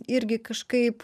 irgi kažkaip